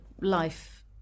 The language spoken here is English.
life